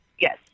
Yes